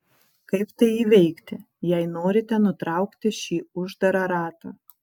kaip tai įveikti jei norite nutraukti šį uždarą ratą